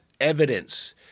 evidence